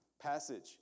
passage